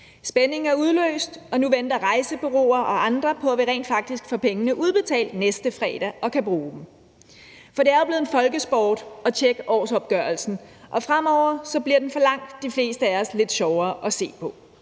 Spændingen er udløst, og nu venter rejsebureauer og andre på, at vi rent faktisk får pengene udbetalt næste fredag og kan bruge dem. For det er jo blevet en folkesport at tjekke årsopgørelsen, og fremover bliver den for langt de fleste af os lidt sjovere at se på.